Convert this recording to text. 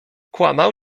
kłamał